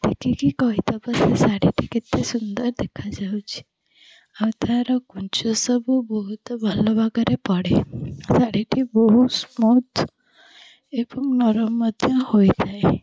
ଦେଖିକି କହିଦେବ ସେ ଶାଢ଼ୀଟି କେତେ ସୁନ୍ଦର ଦେଖାଯାଉଛି ଆଉ ତା'ର କୁଞ୍ଚ ସବୁ ବହୁତ ଭଲ ଭାବରେ ପଡ଼େ ଶାଢ଼ୀଟି ବହୁତ ସ୍ମୁଥ୍ ଏବଂ ନରମ ମଧ୍ୟ ହୋଇଥାଏ